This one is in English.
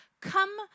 come